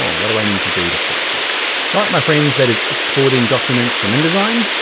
um what do i need to do to fix this? yeah all my friends, that is exporting documents from indesign,